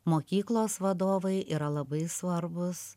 mokyklos vadovai yra labai svarbūs